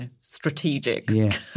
strategic